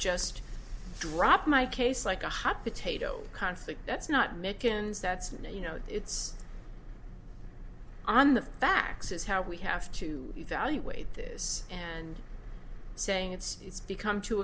just drop my case like a hot potato conflict that's not mickens that's not you know it's on the facts is how we have to evaluate this and saying it's it's become too